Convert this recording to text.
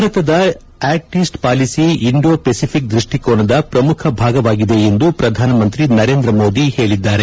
ಭಾರತದ act east policy Indo Pacific ದೃಷ್ಟಿಕೋನದ ಪ್ರಮುಖ ಭಾಗವಾಗಿದೆ ಎಂದು ಪ್ರಧಾನಮಂತ್ರಿ ನರೇಂದ್ರ ಮೋದಿ ಹೇಳಿದ್ದಾರೆ